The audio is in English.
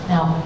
Now